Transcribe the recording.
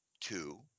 two